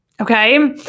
okay